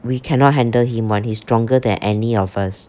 we cannot handle him one he's stronger than any of us